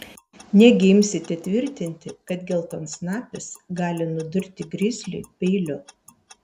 negi imsite tvirtinti kad geltonsnapis gali nudurti grizlį peiliu